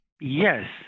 Yes